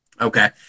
Okay